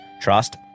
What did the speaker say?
trust